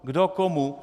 Kdo komu?